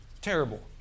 terrible